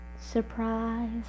surprise